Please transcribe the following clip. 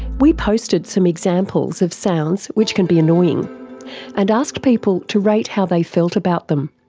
we posted some examples of sounds which can be annoying and asked people to rate how they felt about them.